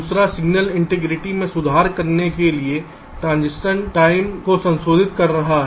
दूसरा signal integrity में सुधार करने के लिए ट्रांजिशन टाइम समय को संशोधित कर रहा है